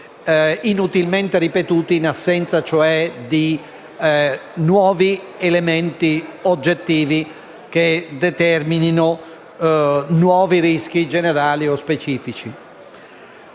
inutilmente ripetuti, ossia in assenza di nuovi elementi oggettivi che determinino nuovi rischi generali o specifici.